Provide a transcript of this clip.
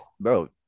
bro